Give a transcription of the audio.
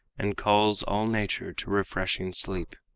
and calls all nature to refreshing sleep.